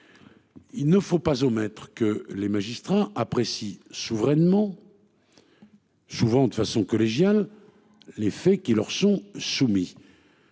Il ne faut pas omettre que les magistrats apprécient souverainement. Souvent de façon collégiale. Les faits qui leur sont soumis.